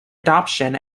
adoption